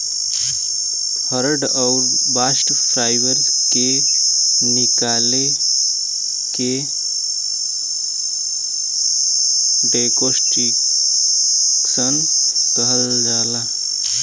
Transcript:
hurd आउर bast fibre के निकले के डेकोर्टिकेशन कहल जाला